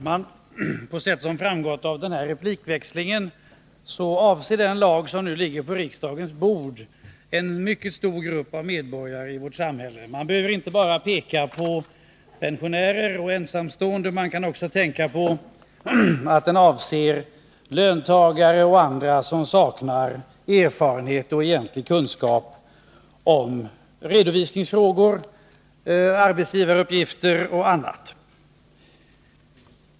Herr talman! På sätt som framgått av replikväxlingen berör den lag som nu ligger på riksdagens bord en mycket stor grupp medborgare i vårt samhälle. Man behöver inte bara peka på pensionärer och ensamstående, den avser också löntagare och andra som saknar erfarenhet av och egentlig kunskap om redovisningsfrågor såsom arbetsgivaruppgifter och annat.